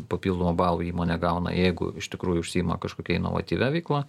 papildomų balų įmonė gauna jeigu iš tikrųjų užsiima kažkokia inovatyvia veikla